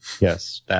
Yes